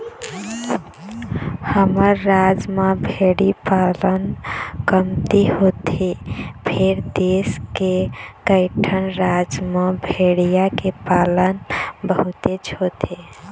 हमर राज म भेड़ी पालन कमती होथे फेर देश के कइठन राज म भेड़िया के पालन बहुतेच होथे